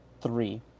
three